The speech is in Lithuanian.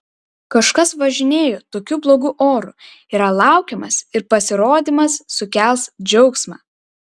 kažkas važinėja tokiu blogu oru yra laukiamas ir pasirodymas sukels džiaugsmą